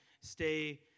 stay